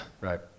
Right